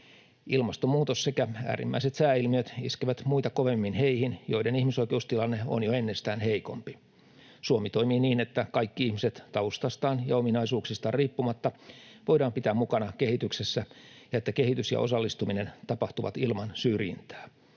Ilmastonmuutos sekä äärimmäiset sääilmiöt iskevät muita kovemmin heihin, joiden ihmisoikeustilanne on jo ennestään heikompi. Suomi toimii niin, että kaikki ihmiset taustastaan ja ominaisuuksistaan riippumatta voidaan pitää mukana kehityksessä ja että kehitys ja osallistuminen tapahtuvat ilman syrjintää.